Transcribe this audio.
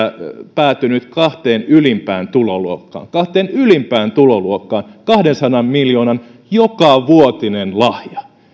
päätynyt kahteen ylimpään tuloluokkaan kahteen ylimpään tuloluokkaan kahdensadan miljoonan jokavuotinen lahja